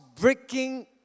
breaking